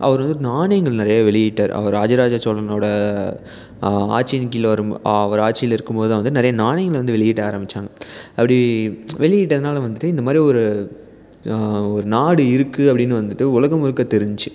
அவர் வந்துட்டு நாணயங்கள் நிறைய வெளியிட்டார் அவர் ராஜராஜ சோழனோட ஆட்சியின் கீழே வரும் அவர் ஆட்சியில் இருக்கும்போதுதான் வந்து நிறைய நாணயங்கள வந்து வெளியிட ஆரம்மித்தாங்க அப்படி வெளியிட்டதனால வந்துட்டு இந்தமாதிரி ஒரு ஒரு நாடு இருக்குது அப்படின்னு வந்துட்டு உலகம் முழுக்க தெரிஞ்சிச்சு